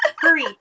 Hurry